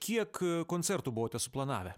kiek koncertų buvote suplanavę